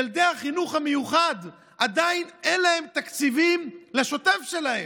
לילדי החינוך המיוחד עדיין אין תקציבים לשוטף שלהם,